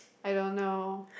I don't know